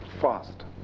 fast